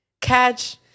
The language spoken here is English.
catch